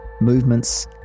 movements